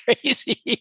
crazy